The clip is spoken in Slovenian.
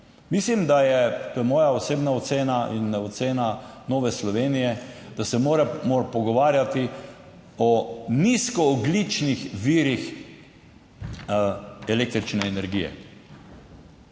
Mislim, da je, to je moja osebna ocena in ocena Nove Slovenije, da se moramo pogovarjati o nizkoogljičnih virih električne energije.